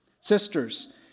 Sisters